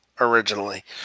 Originally